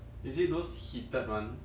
is it those heated one